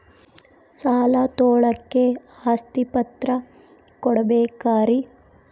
ಸಾಲ ತೋಳಕ್ಕೆ ಆಸ್ತಿ ಪತ್ರ ಕೊಡಬೇಕರಿ?